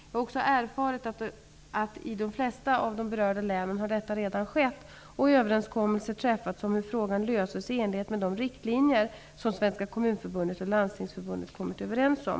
Jag har också erfarit att i de flesta av de berörda länen har detta redan skett och överenskommelser träffats om hur frågan löses i enlighet med de riktlinjer som Svenska kommunförbundet och Landstingsförbundet kommit överens om.